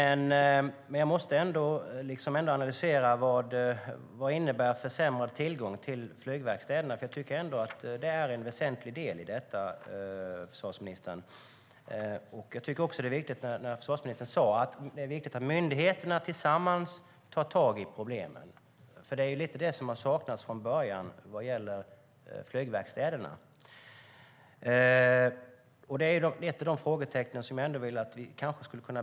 Jag måste ändå analysera vad försämrad tillgång till flygverkstäderna betyder. Jag tycker att det är en väsentlig del i detta, försvarsministern. Försvarsministern sade att det är viktigt att myndigheterna tillsammans tar tag i problemen. Jag tycker också att det är viktigt; det är ju lite grann det som har saknats från början vad gäller flygverkstäderna. Detta är ett av de frågetecken som jag skulle vilja att vi berörde lite grann.